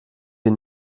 die